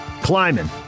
Climbing